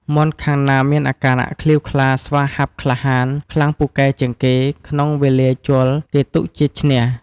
មាន់ខាងណាមានអាការៈក្លៀវក្លាស្វាហាប់ក្លាហាន ខ្លាំងពូកែជាងគេ ក្នុងវេលាជល់ គេទុកជាឈ្នះ ។